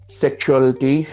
sexuality